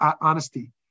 honesty